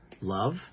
love